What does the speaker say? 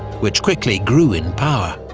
which quickly grew in power.